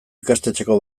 ikastetxeko